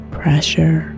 pressure